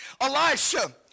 Elisha